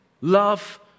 Love